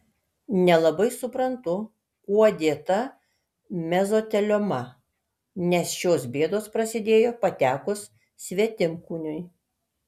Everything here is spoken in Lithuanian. nelabai suprantu kuo dėta mezotelioma nes šios bėdos prasidėjo patekus svetimkūniui